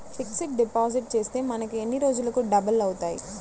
Fixed deposit చేస్తే మనకు ఎన్ని రోజులకు డబల్ అవుతాయి?